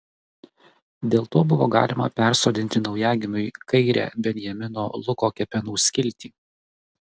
dėl to buvo galima persodinti naujagimiui kairę benjamino luko kepenų skiltį